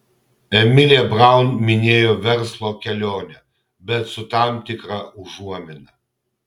emilė braun minėjo verslo kelionę bet su tam tikra užuomina